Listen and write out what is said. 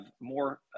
more